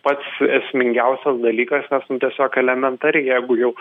pats esmingiausias dalykas nes nu tiesiog elementariai jeigu jau